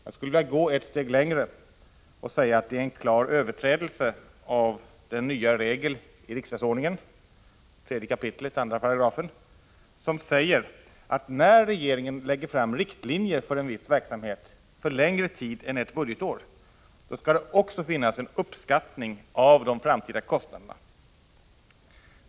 Jag skulle vilja gå ett steg längre och säga att det är en klar överträdelse av den nya regel i riksdagsordningen — 3 kap. 2 §— som säger att när regeringen lägger fram riktlinjer för en viss verksamhet för längre tid än ett budgetår, skall det också finnas en uppskattning av de framtida kostnaderna.